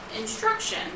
instruction